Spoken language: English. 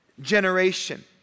generation